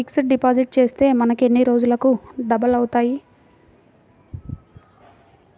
Fixed deposit చేస్తే మనకు ఎన్ని రోజులకు డబల్ అవుతాయి?